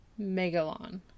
Megalon